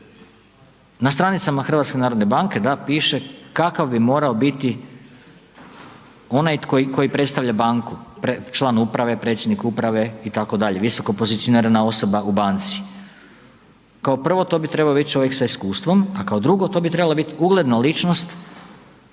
na stranicama HNB-a da piše kakav bi morao biti onaj koji predstavlja banku, član uprave, predsjednik uprave itd., visokopozicionirana osoba u banci, kao prvo to bi trebao bit čovjek sa iskustvom, a kao drugo to bi trebala bit ugledna ličnost